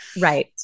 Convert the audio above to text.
Right